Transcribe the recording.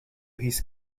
his